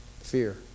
Fear